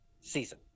season